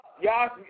Y'all